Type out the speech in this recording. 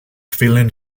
vielen